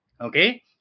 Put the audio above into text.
okay